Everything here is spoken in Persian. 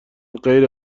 غیر